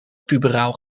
puberaal